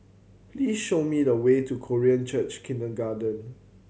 please show me the way to Korean Church Kindergarten